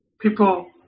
people